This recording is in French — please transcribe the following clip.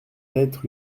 être